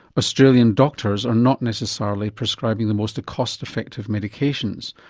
australian doctors are not necessarily prescribing the most cost effective medications,